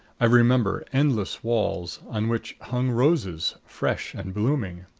i remember endless walls on which hung roses, fresh and blooming.